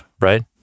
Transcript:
right